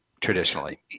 traditionally